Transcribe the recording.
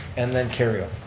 and then kerrio.